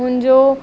हुन जो